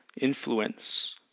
influence